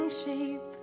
sheep